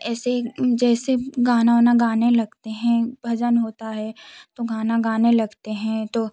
ऐसे ही जैसे गाना उना गाने लगते हैं भजन होता है तो गाना गाने लगते हैं तो